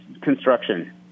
construction